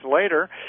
later